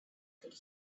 could